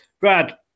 Brad